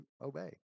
obey